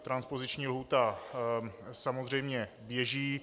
Transpoziční lhůta samozřejmě běží.